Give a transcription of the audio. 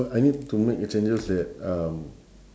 I need to make a changes that um